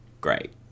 great